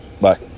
Bye